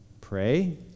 pray